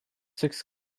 six